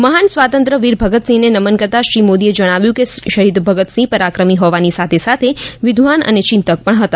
મહાન સ્વાતંત્ર્ય વીર ભગતસિંહને નમન કરતા શ્રી મોદીએ જણાવ્યું કે શહીદ ભગતસિંહ પરાક્રમી હોવાની સાથે સાથે વિદ્વાન અને ચિંતક પણ હતા